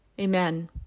Amen